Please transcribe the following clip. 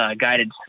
guided